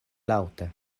laŭte